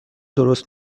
درست